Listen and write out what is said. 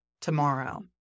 tomorrow